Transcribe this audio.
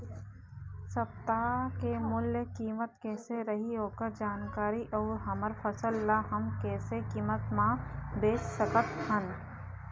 सप्ता के मूल्य कीमत कैसे रही ओकर जानकारी अऊ हमर फसल ला हम कैसे कीमत मा बेच सकत हन?